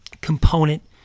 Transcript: component